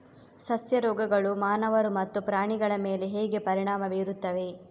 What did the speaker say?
ಸಸ್ಯ ರೋಗಗಳು ಮಾನವರು ಮತ್ತು ಪ್ರಾಣಿಗಳ ಮೇಲೆ ಹೇಗೆ ಪರಿಣಾಮ ಬೀರುತ್ತವೆ